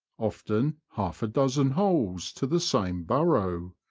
often half a dozen holes, to the same burrow.